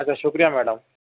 بہت شکریہ میڈم